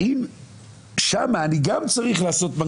אני גם שאלתי את זה קודם.